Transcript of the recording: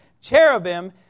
Cherubim